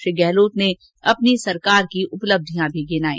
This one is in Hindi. श्री गहलोत ने अपनी सरकार की उपलब्धियां भी गिनाई